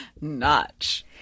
notch